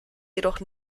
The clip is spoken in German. jedoch